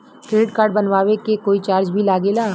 Credit card बनवावे के कोई चार्ज भी लागेला?